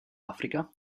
africa